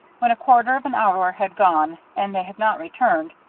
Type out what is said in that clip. when a quarter of an hour had gone, and they had not returned,